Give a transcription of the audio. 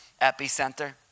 epicenter